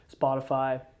Spotify